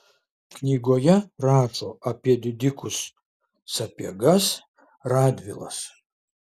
knygoje rašo apie didikus sapiegas radvilas